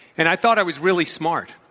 and i thought i was really smart.